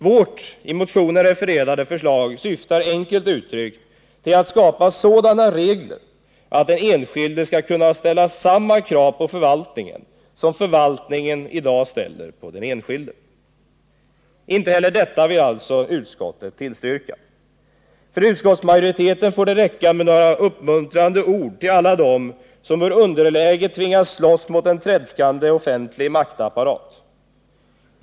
Vårt i motionen refererade förslag syftar enkelt uttryckt till att skapa sådana regler att den enskilde skall kunna ställa samma krav på förvaltningen som förvaltningen i dag ställer på den enskilde. Inte heller detta vill alltså utskottet tillstyrka. För utskottsmajoriteten får det räcka med några uppmuntrande ord till alla dem som ur underläge tvingas slås mot en tredskande offentlig maktapparat.